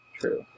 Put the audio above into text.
True